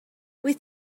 wyt